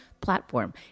platform